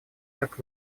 как